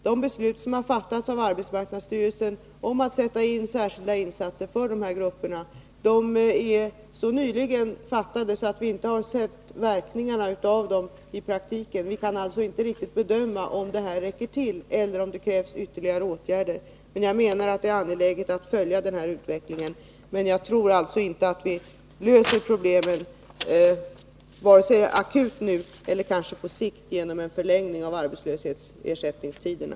De beslut som har fattats av arbetsmarknadsstyrelsen om särskilda insatser för de här grupperna har fattats så nyligen att vi inte har sett verkningarna av dem i praktiken. Vi kan alltså inte riktigt bedöma om de räcker till eller om det krävs ytterligare åtgärder. Jag menar att det är angeläget att följa utvecklingen, men jag tror alltså inte att vi löser problemen vare sig akut eller på sikt genom en förlängning av arbetslöshetsersättningstiderna.